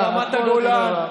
ברמת הגולן,